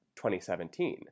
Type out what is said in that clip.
2017